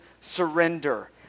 surrender